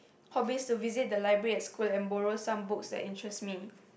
hobbies to visit the library at school and borrow some books that interest me